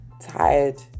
tired